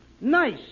Nice